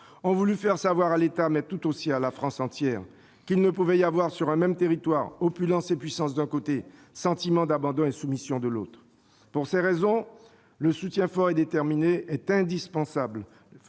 ont voulu faire savoir à l'État, mais aussi à toute la France qu'il ne pouvait y avoir sur un même territoire opulence et puissance, d'un côté, sentiment d'abandon et de soumission, de l'autre. Pour ces raisons, un soutien fort et déterminé de l'État est indispensable